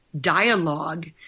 dialogue